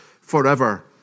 forever